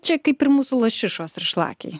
čia kaip ir mūsų lašišos ir šlakiai